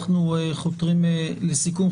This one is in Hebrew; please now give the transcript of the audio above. אנחנו חותרים לסיכום.